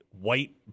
white